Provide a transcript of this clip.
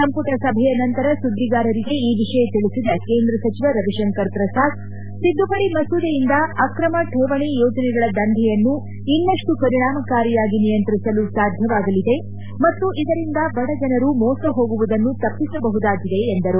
ಸಂಪುಣ ಸಭೆಯ ನಂತರ ಸುದ್ದಿಗಾರರಿಗೆ ಈ ವಿಷಯ ತಿಳಿಸಿದ ಕೇಂದ್ರ ಸಚಿವ ರವಿಶಂಕರ್ ಪ್ರಸಾದ್ ತಿದ್ದುಪಡಿ ಮಸೂದೆಯಿಂದ ಅಕ್ರಮ ಠೇವಣಿ ಯೋಜನೆಗಳ ದಂಧೆಯನ್ತು ಇನ್ತಷ್ಟು ಪರಿಣಾಮಕಾರಿಯಾಗಿ ನಿಯಂತ್ರಿಸಲು ಸಾಧ್ಯವಾಗಲಿದೆ ಮತ್ತು ಇದರಿಂದ ಬಡಜನರು ಮೋಸ ಹೋಗುವುದನ್ನು ತೆಪ್ಸಿ ಸಬಹುದಾಗಿದೆ ಎಂದರು